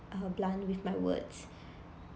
uh blunt with my words